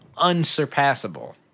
unsurpassable